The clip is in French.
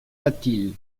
latil